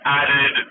added